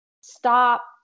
stop